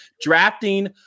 drafting